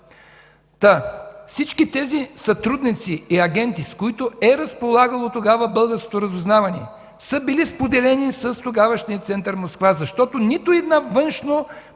тук! Всички тези сътрудници и агенти, с които е разполагало тогава българското разузнаване, са били споделени с тогавашния център Москва. Нито една